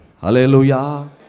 Hallelujah